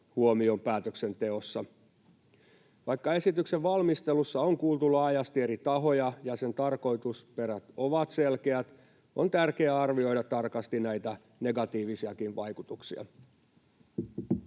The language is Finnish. huomioon päätöksenteossa. Vaikka esityksen valmistelussa on kuultu laajasti eri tahoja ja sen tarkoitusperät ovat selkeät, on tärkeää arvioida tarkasti näitä negatiivisiakin vaikutuksia.